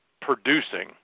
producing